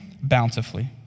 bountifully